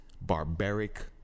barbaric